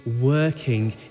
working